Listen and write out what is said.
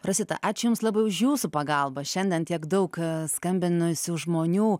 rosita ačiū jums labai už jūsų pagalbą šiandien tiek daug skambinusių žmonių